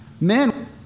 Men